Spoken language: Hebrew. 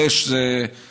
ר' זה 200,